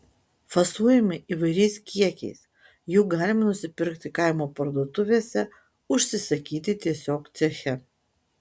fasuojami įvairiais kiekiais jų galima nusipirkti kaimo parduotuvėse užsisakyti tiesiog ceche